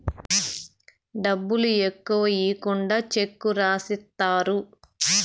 డబ్బులు ఎక్కువ ఈకుండా చెక్ రాసిత్తారు